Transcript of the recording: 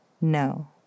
No